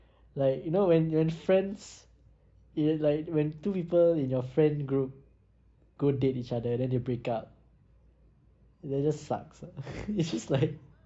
like you know when when friends in like when two people in your friend group go date each other then they break up that just sucks lah it's like